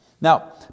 Now